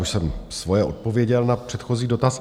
Já už jsem svoje odpověděl na předchozí dotaz.